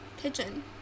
Pigeon